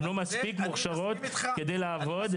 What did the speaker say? הן לא מספיק מוכשרות כדי לעבוד?